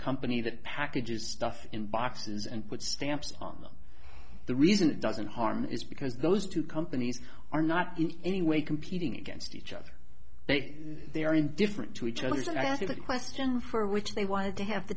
company that packages stuff in boxes and put stamps on them the reason it doesn't harm is because those two companies are not in any way competing against each other they are indifferent to each other as i asked that question for which they wanted to have the